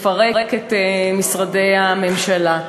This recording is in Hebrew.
לפרק את משרדי הממשלה.